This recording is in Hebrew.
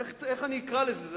איך אני אקרא לזה?